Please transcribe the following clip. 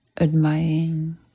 admiring